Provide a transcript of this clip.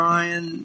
Ryan